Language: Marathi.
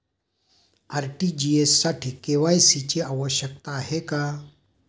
आर.टी.जी.एस साठी के.वाय.सी ची आवश्यकता आहे का?